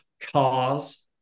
cars